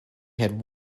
had